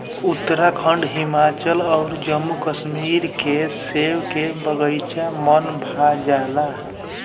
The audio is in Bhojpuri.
उत्तराखंड, हिमाचल अउर जम्मू कश्मीर के सेब के बगाइचा मन भा जाला